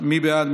מי בעד?